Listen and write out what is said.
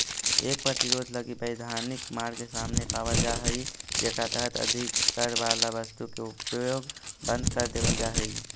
कर प्रतिरोध लगी वैधानिक मार्ग सामने पावल जा हई जेकरा तहत अधिक कर वाला वस्तु के उपयोग बंद कर देवल जा हई